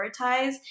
prioritize